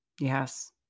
Yes